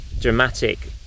dramatic